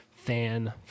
fan